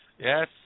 Yes